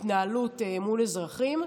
בהתנהלות מול אזרחים.